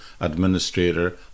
administrator